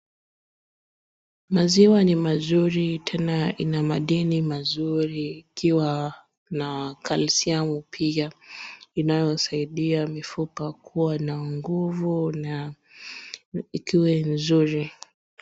Maziwa ni mazuri tena ina madini mazuri ikiwa na calcium pia inayosaidia mifupa kuwa na nguvu na ikuwe nzuri.